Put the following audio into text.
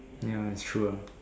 ya it's true ah